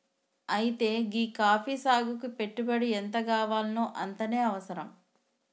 అయితే గీ కాఫీ సాగుకి పెట్టుబడి ఎంతగావాల్నో అంతనే అవసరం